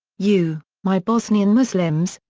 you, my bosnian muslims,